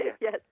Yes